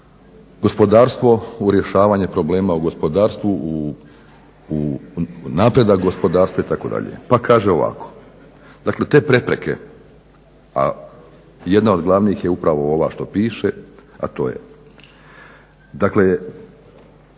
gospodarstvo, u rješavanje problema u gospodarstvu, u napredak gospodarstva itd. Pa kaže ovako. Dakle, te prepreke a jedna od glavnih je upravo ova što piše, a to je, dakle